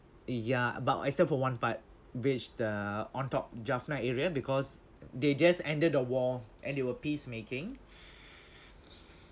ya but except for one part which the on top jaffna area because they just ended the war and they were peacemaking